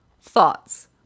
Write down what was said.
Thoughts